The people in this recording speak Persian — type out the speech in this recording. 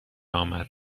آمد